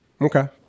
Okay